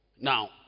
Now